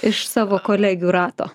iš savo kolegių rato